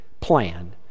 plan